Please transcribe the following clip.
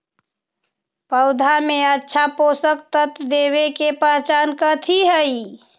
पौधा में अच्छा पोषक तत्व देवे के पहचान कथी हई?